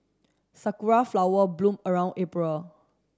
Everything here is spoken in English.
Sakura flower bloom around April